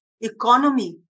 economy